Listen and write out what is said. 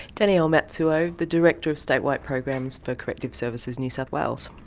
danielle matsuo, the director of statewide programs for corrective services new south wales.